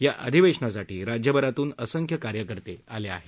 या अधिवेशनासाठी राज्यभरातून असंख्य कार्यकर्ते आले आहेत